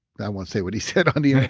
i won't say what he said um and yeah